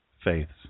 Faiths